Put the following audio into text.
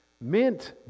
mint